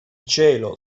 cielo